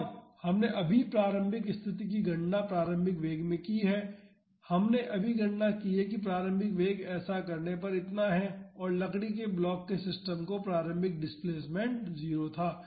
और हमने अभी प्रारंभिक स्थिति की गणना प्रारंभिक वेग में की है हमने अभी गणना की है कि प्रारंभिक वेग ऐसा करने पर इतना है और लकड़ी के ब्लॉक के सिस्टम का प्रारंभिक डिस्प्लेसमेंट 0 था